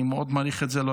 אני מאוד מעריך את זה,